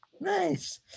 Nice